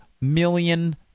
million